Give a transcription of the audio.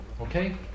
Okay